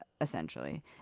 essentially